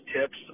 tips